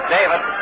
David